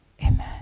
Amen